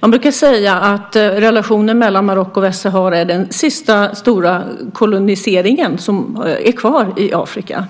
Man brukar säga att relationen mellan Marocko och Västsahara är den sista stora kolonisering som finns kvar i Afrika.